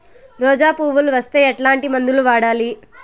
రోజా పువ్వులు వస్తే ఎట్లాంటి మందులు వాడాలి?